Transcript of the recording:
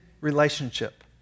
relationship